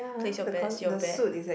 place your bets your bets